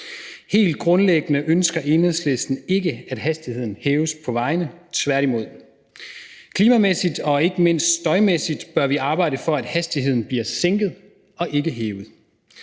Helt grundlæggende ønsker Enhedslisten ikke, at hastigheden hæves på vejene, tværtimod. Klimamæssigt og ikke mindst støjmæssigt bør vi arbejde for, at hastigheden bliver sænket og ikke hævet.